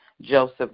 Joseph